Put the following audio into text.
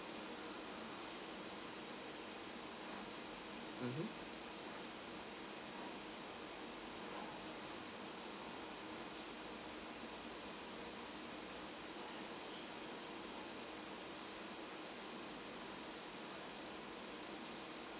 mmhmm